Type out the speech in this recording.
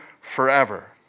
forever